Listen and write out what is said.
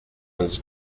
was